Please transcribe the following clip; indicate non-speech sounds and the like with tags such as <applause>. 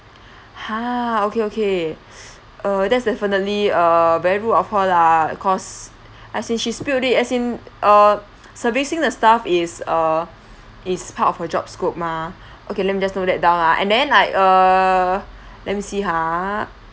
ha okay okay <breath> uh that's definitely err very rude of her lah cause as in she's spilt it as in err servicing the staff is uh is part of her job scope mah okay let me just note that down ah and then like err let me see ha